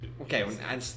Okay